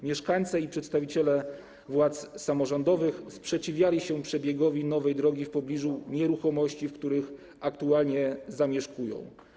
Mieszkańcy i przedstawiciele władz samorządowych sprzeciwiali się przebiegowi nowej drogi w pobliżu nieruchomości, w których aktualnie zamieszkują.